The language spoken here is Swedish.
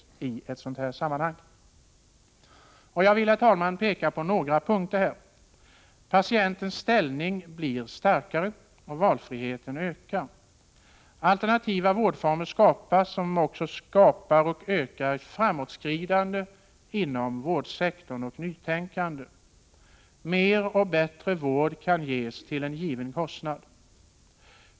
Jag vill, herr talman, i detta sammanhang peka på några ytterligare fördelar med vårt förslag. Patienternas ställning blir starkare. Valfriheten ökar. Alternativa vårdformer skapas som ökar framåtskridande och nytänkande inom vårdsektorn. Mer och bättre vård kan ges till en given kostnad.